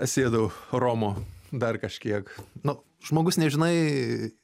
sėdau romo dar kažkiek nu žmogus nežinai